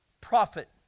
profit